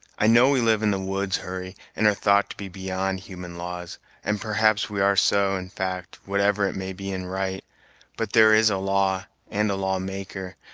i know we live in the woods, hurry, and are thought to be beyond human laws and perhaps we are so, in fact, whatever it may be in right but there is a law and a law-maker,